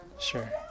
Sure